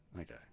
Okay